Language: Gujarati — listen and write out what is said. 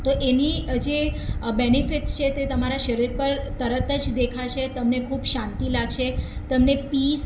તો એની જે બેનિફિટ્સ છે તે તમારાં શરીર પર તરત જ દેખાશે તમને ખૂબ શાંતિ લાગશે તમને પીસ